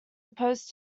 opposed